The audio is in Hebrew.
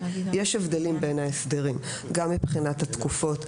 יש הבדלים בין ההסדרים גם מבחינת התקופות,